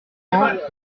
neuf